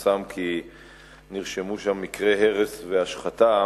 פורסם כי נרשמו שם מקרי הרס והשחתה,